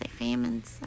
famines